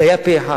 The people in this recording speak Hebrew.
זה היה פה-אחד.